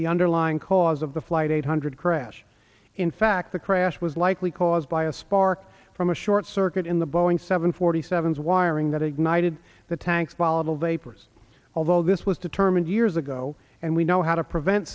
the underlying cause of the flight eight hundred crash in fact the crash was likely caused by a spark from a short circuit in the boeing seven forty seven's wiring that ignited the tank volatile vapors although this was determined years ago and we know how to prevent